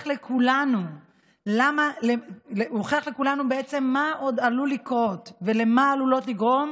לכולנו מה עוד עלול לקרות ולמה עלולות לגרום